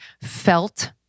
felt